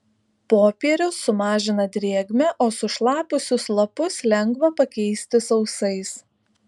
popierius sumažina drėgmę o sušlapusius lapus lengva pakeisti sausais